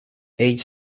age